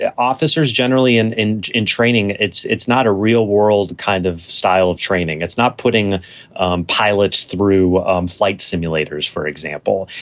yeah officers generally and engage in training. it's it's not a real world kind of style of training. it's not putting pilots through um flight simulators, for example.